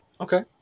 Okay